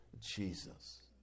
Jesus